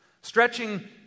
Stretching